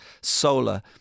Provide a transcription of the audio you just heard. solar